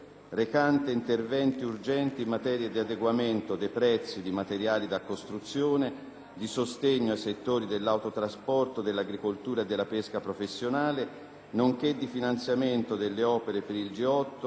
recante interventi urgenti in materia di adeguamento dei prezzi di materiali da costruzione, di sostegno ai settori dell’autotrasporto, dell’agricoltura e della pesca professionale, nonche´ di finanziamento delle opere per il G8